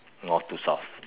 north to south